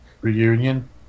reunion